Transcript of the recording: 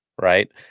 Right